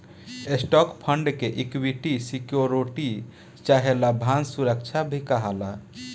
stock fund के equity security चाहे लाभांश सुरक्षा भी कहाला